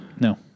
No